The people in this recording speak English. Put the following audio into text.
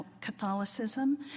Catholicism